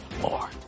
more